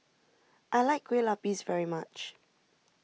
I like Kueh Lapis very much